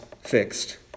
fixed